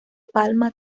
palma